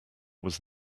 was